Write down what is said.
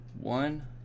one